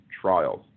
trials